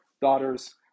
daughters